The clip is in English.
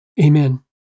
amen